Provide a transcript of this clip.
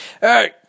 hey